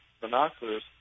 binoculars